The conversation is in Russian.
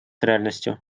реальностью